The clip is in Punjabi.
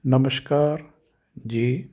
ਨਮਸਕਾਰ ਜੀ